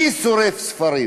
מי שורף ספרים?